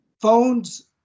Phones